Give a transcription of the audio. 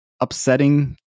upsetting